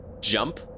jump